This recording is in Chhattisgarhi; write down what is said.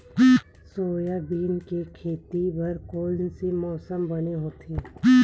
सोयाबीन के खेती बर कोन से मौसम बने होथे?